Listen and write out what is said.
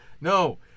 No